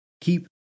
keep